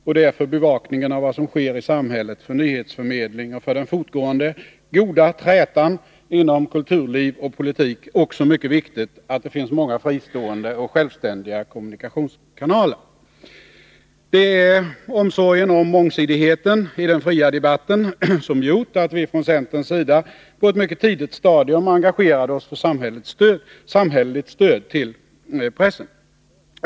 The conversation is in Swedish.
Och det är för bevakning av vad som sker i samhället, för nyhetsförmedling och för den fortgående goda trätan inom kulturliv och politik också mycket 19 viktigt att det finns många fristående och självständiga kommunikationskanaler. Det är omsorgen om mångsidigheten i den fria debatten som gjort att vi från centerns sida på ett mycket tidigt stadium engagerat oss för samhälleligt stöd till pressen.